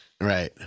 Right